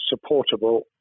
supportable